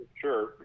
sure